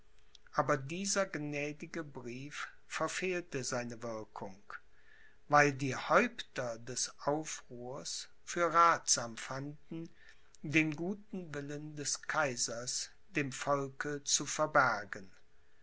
aber dieser gnädige brief verfehlte seine wirkung weil die häupter des aufruhrs für rathsam fanden den guten willen des kaisers dem volke zu verbergen